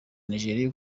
nigeria